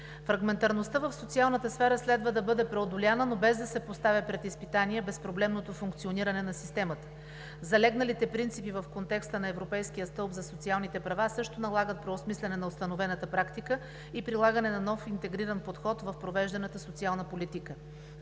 Фрагментарността в социалната сфера следва да бъде преодоляна, но без да се поставя пред изпитание безпроблемното функциониране на системата. Залегналите принципи в контекста на Европейския стълб за социалните права също налагат преосмисляне на установената практика и прилагане на нов интегриран подход в провежданата социална политика.